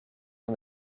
van